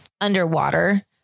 underwater